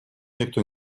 никто